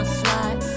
slide